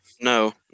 No